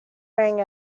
wearing